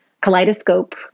kaleidoscope